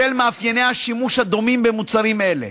בשל מאפייני השימוש הדומים במוצרים האלה.